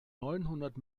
neunhundert